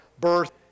birth